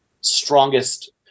strongest